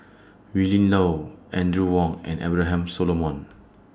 Willin Low Audrey Wong and Abraham Solomon